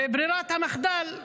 וברירת המחדל,